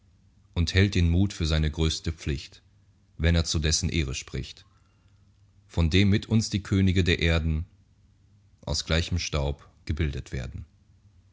und hält den mut für seine größte pflicht wenn er zu dessen ehre spricht von dem mit uns die könige der erden aus gleichem staub gebildet werden